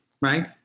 right